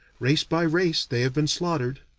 race by race they have been slaughtered.